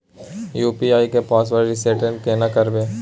UPI के password reset केना करबे?